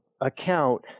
account